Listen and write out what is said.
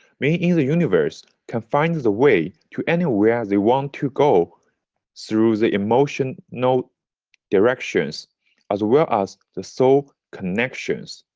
men in the universe can find the the way to anywhere they want to go through the emotional directions as well as the soul connections.